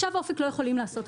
אופק לא יכולים לעשות עכשיו כלום.